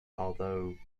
although